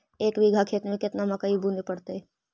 एक बिघा खेत में केतना मकई बुने पड़तै?